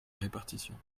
répartition